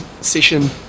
session